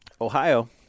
Ohio